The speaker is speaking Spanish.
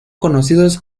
conocidos